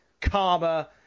karma